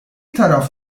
taraf